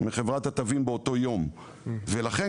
ולכן,